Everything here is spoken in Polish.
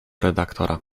redaktora